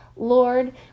lord